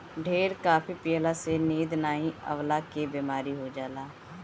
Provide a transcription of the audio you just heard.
ढेर काफी पियला से नींद नाइ अवला के बेमारी हो जाला